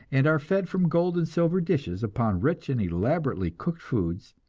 and are fed from gold and silver dishes upon rich and elaborately cooked foods,